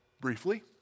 briefly